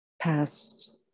past